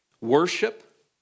Worship